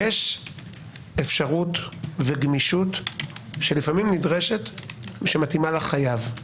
יש אפשרות וגמישות שלפעמים נדרשת שמתאימה לחייב.